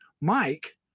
Mike